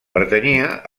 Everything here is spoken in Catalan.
pertanyia